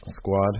Squad